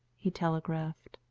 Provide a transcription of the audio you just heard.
he telegraphed.